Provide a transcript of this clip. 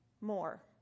more